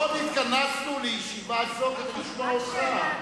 לא נתכנסנו לישיבה זו כדי לשמוע אותך.